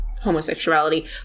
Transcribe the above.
homosexuality